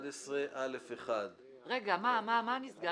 רגע, מה נסגר?